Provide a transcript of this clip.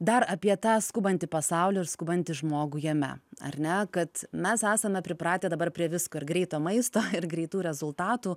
dar apie tą skubantį pasaulį ir skubantį žmogų jame ar ne kad mes esame pripratę dabar prie visko ir greito maisto ir greitų rezultatų